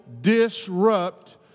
disrupt